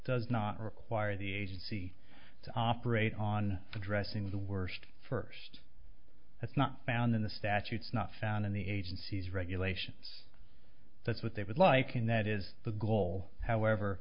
does not require the agency to operate on addressing the worst first that's not found in the statutes not found in the agency's regulations that's what they would like and that is the goal however